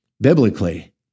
biblically